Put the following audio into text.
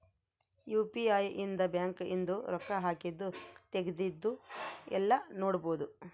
UPI ಇಂದ bank ಇಂದು ರೊಕ್ಕ ಹಾಕಿದ್ದು ತೆಗ್ದಿದ್ದು ಯೆಲ್ಲ ನೋಡ್ಬೊಡು